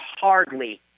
hardly